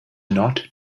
not